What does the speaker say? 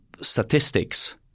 statistics